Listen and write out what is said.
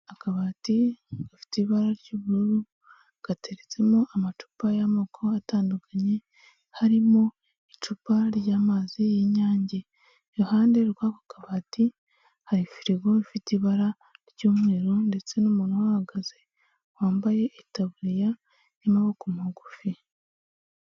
Akabati gafite ibara ry'ubururu gateretsemo amacupa y'amoko atandukanye, harimo icupa ry'amazi y'Inyange, iruhande rw'ako kabati hari firigo ifite ibara ry'umweru ndetse n'umuntu uhahagaze wambaye itaburiya y'amaboko magufi.